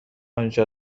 انجا